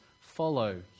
follow